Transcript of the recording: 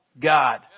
God